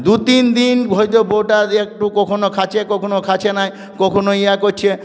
দু তিন দিন হল্লো বউটা যে কখনও খাচ্ছে কখনও খাচ্ছে নাই কখনও ইয়া করছে